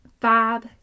Five